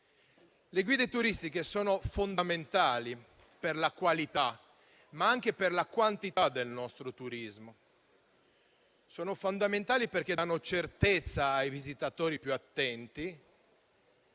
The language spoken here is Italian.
Le guide turistiche sono fondamentali per la qualità, ma anche per la quantità del nostro turismo. Sono fondamentali perché danno certezza ai visitatori più attenti,